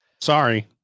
sorry